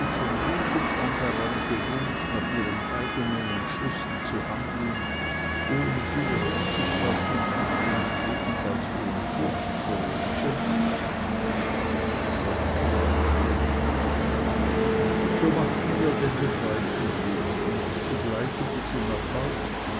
von jugend an daran gewöhnt nach ihren eigenen entschlüssen zu handeln ohne viel rücksicht auf die menschen und jedenfalls ohne furcht vor ihrem urteil franke nickte so machten wir denn den weiten weg und ich begleitete sie nach haus